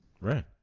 Right